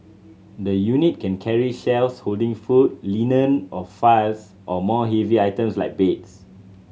the unit can carry shelves holding food linen or files or more heavy items like beds